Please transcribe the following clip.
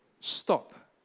stop